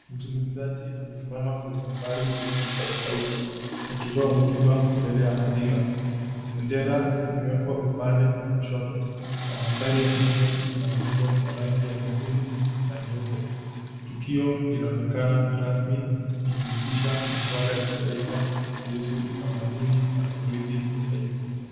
Mzungumzaji amesimama kwenye mipari yenye kipasa sauti akitoa hotuba mbele ya hadhira. Bendera imewekwa upande wa kushoto na mandhari ya nyuma ina muundo wa rangi ya nyekundu na nyeupe. Tukio linaonekana rasmi likihusisha maswala ya kitaifa kuhusu utamaduni na urithi wa taifa.